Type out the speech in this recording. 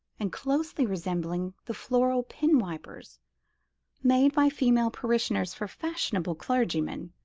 and closely resembling the floral pen-wipers made by female parishioners for fashionable clergymen,